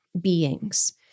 beings